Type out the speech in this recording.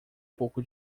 pouco